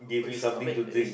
which I make is